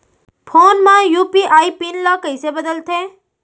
Phone पे म UPI PIN ल कइसे बदलथे?